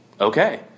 okay